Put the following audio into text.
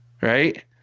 right